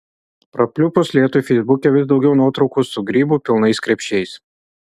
prapliupus lietui feisbuke vis daugiau nuotraukų su grybų pilnais krepšiais